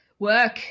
Work